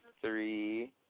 three